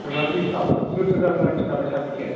हाग्रामा ब्रिड्सआव सोर सोर जाखो मानसिफ्रालाय साबेसे